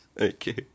okay